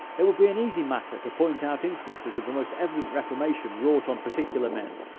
it would be an easy matter to point out instances of the most evident reformation, wrought on particular men,